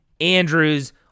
Andrews